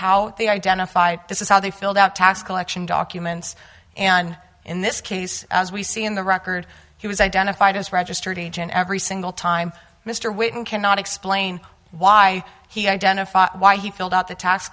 how they identified this is how they filled out tax collection documents and in this case as we see in the record he was identified as registered agent every single time mr whitman cannot explain why he identified why he filled out the ta